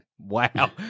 Wow